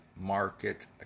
market